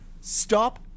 Stop